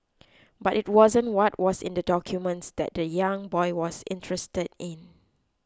but it wasn't what was in the documents that the young boy was interested in